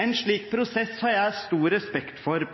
En slik prosess har jeg stor respekt for.